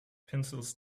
pencils